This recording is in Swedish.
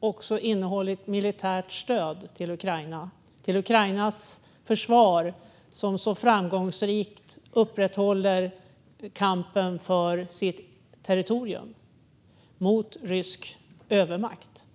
också har innehållit militärt stöd till Ukraina - till Ukrainas försvar, som så framgångsrikt upprätthåller kampen för sitt territorium mot rysk övermakt.